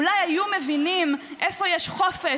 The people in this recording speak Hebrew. אולי היו מבינים איפה יש חופש,